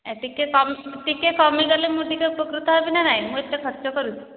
ଏ ଟିକିଏ ଟିକିଏ କମିଗଲେ ମୁଁ ଟିକିଏ ଉପକୃତ ହେବି ନା ନାହିଁ ମୁଁ ଏତେ ଖର୍ଚ୍ଚ କରୁଛି